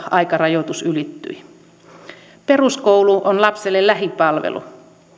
aikarajoitus ylittyi peruskoulu on lapselle lähipalvelu